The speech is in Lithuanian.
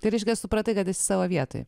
tai reiškia supratai kad esi savo vietoje